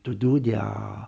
to do their